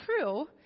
true